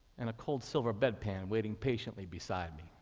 and a cold, silver bedpan waiting patiently beside me.